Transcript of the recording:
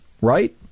right